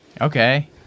Okay